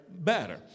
better